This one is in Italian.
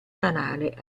canale